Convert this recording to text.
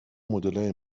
مدلای